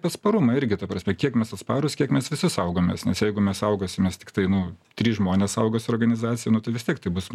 atsparumą irgi ta prasme kiek mes atsparūs kiek mes visi saugomės nes jeigu mes saugosimės tiktai nu trys žmonės saugosi organizacija nu tai vis tiek tai bus